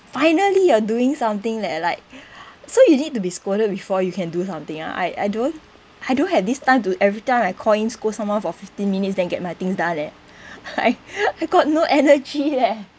finally you are doing something leh like so you need to be scolded before you can do something ah I I don't I don't have this time to every time I call in scold someone for fifteen minutes then get my things done leh I I got no energy leh